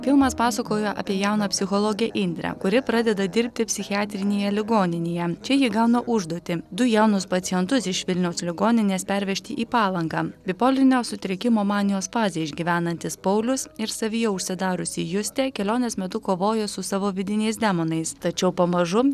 filmas pasakoja apie jauną psichologę indrę kuri pradeda dirbti psichiatrinėje ligoninėje čia ji gauna užduotį du jaunus pacientus iš vilniaus ligoninės pervežti į palangą bipolinio sutrikimo manijos fazę išgyvenantis paulius ir savyje užsidariusi justė kelionės metu kovoja su savo vidiniais demonais tačiau pamažu